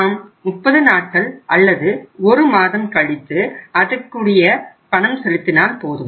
நாம் 30 நாட்கள் அல்லது ஒரு மாதம் கழித்து அதற்குரிய அதற்கு பணம் செலுத்தினால் போதும்